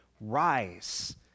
rise